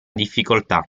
difficoltà